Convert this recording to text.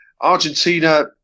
Argentina